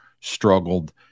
struggled